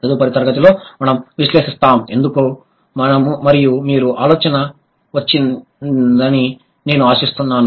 తదుపరి తరగతిలో మనం విశ్లేషిస్తాము ఎందుకు మరియు మీకు ఆలోచన వచ్చిందని నేను ఆశిస్తున్నాను